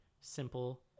simple